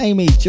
Amy